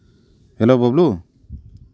hello Bablu